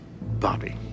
Bobby